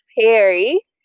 Perry